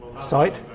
site